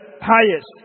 Highest